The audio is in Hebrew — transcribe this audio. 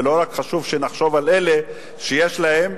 ולא רק חשוב שנחשוב על אלה שיש להם,